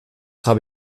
habe